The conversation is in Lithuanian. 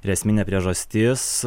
ir esminė priežastis